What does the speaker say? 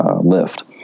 lift